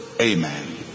Amen